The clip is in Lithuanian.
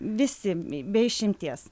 visi be išimties